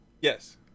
Yes